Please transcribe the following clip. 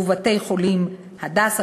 ובתי-חולים "הדסה",